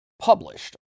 published